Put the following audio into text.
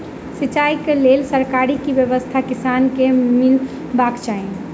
सिंचाई केँ लेल सरकारी की व्यवस्था किसान केँ मीलबाक चाहि?